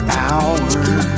hours